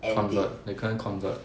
convert they couldn't convert